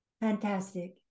fantastic